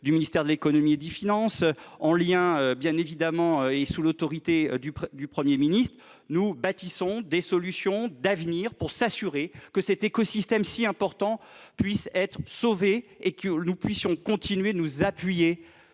du ministère de l'économie et des finances et sous l'autorité du Premier ministre, bâtissons des solutions d'avenir pour nous assurer que cet écosystème si important puisse être sauvé et que nous puissions continuer de nous appuyer